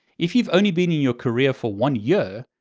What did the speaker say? if you've only been in your career for one year,